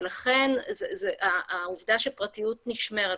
ולכן העובדה שהפרטיות נשמרת,